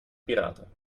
piraten